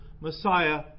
Messiah